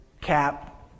Cap